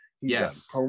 yes